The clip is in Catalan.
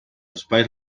espais